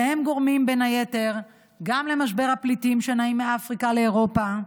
והם גורמים בין היתר גם למשבר הפליטים שנעים מאפריקה לאירופה,